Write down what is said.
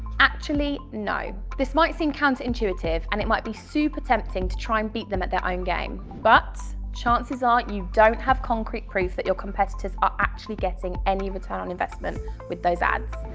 actually no, this might seem counterintuitive. and it might be super tempting to try and beat them at their own game! but chances are you don't have concrete proof that your competitors are actually getting any return on investment with those ads.